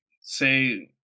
say